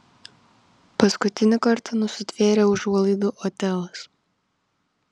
paskutinį kartą nusitvėrė užuolaidų otelas